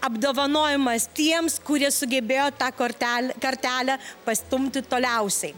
apdovanojimas tiems kurie sugebėjo tą kortel kartelę pastumti toliausiai